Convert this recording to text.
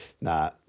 Nah